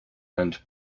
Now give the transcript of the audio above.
and